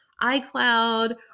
iCloud